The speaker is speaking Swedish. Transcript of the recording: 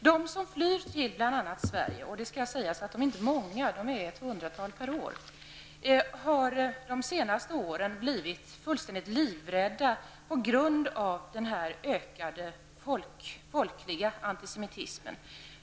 De som flyr bl.a. till Sverige -- det skall sägas att de inte är många, ett hundratal per år -- har de senaste åren blivit fullständigt livrädda på grund av denna ökade folkliga antisemitism.